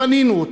בנינו אותה,